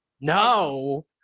no